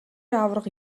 аварга